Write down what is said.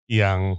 yang